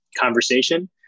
conversation